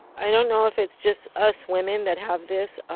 i don't know if it's just us women that have this